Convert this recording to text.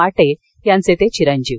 माटे यांचे ते चिरंजीव